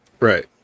Right